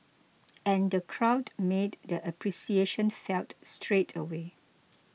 and the crowd made their appreciation felt straight away